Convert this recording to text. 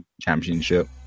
championship